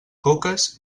coques